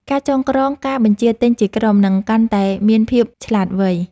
ការចងក្រងការបញ្ជាទិញជាក្រុម នឹងកាន់តែមានភាពឆ្លាតវៃ។